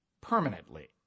permanently